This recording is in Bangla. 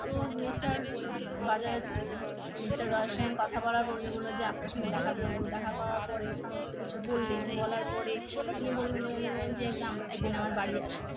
তো মিস্টার বাজাজ মিস্টার রয়ের সঙ্গে কথা বলার বলেই বললো যে আপনার সঙ্গে দেখা করবো দেখা করার পরে সমস্ত কিছু বললেন বলার পরে উনি বল বললেন যে কাম একদিন আমার বাড়ি আসুন